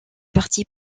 partis